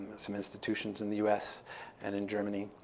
some institutions in the us and in germany.